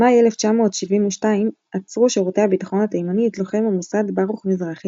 במאי 1972 עצרו שירותי הביטחון התימני את לוחם המוסד ברוך מזרחי